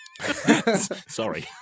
Sorry